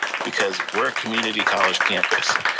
because we're a community college campus.